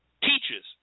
teaches